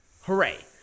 Hooray